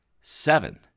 seven